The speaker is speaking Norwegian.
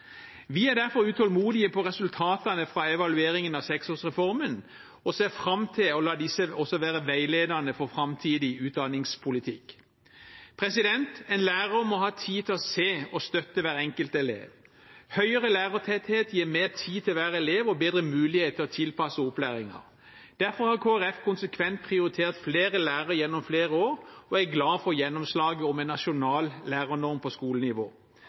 Vi er derfor utålmodige på resultatene fra evalueringen av seksårsreformen og ser fram til å la disse også være veiledende for framtidig utdanningspolitikk. En lærer må ha tid til å se og støtte hver enkelt elev. Høyere lærertetthet gir mer tid til hver elev og bedre mulighet til å tilpasse opplæringen. Derfor har Kristelig Folkeparti konsekvent prioritert flere lærere gjennom flere år, og jeg er glad for gjennomslaget om en nasjonal lærernorm på skolenivå.